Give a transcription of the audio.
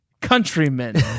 countrymen